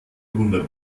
wunder